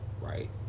right